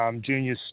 junior